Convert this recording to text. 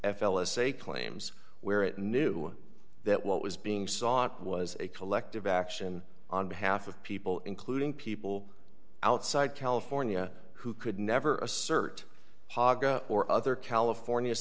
f l essay claims where it knew that what was being sought was a collective action on behalf of people including people outside california who could never assert haga or other california